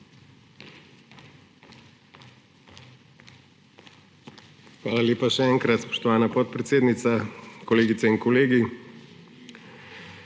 Hvala lepa, še enkrat, spoštovana podpredsednica. Kolegice in kolegi!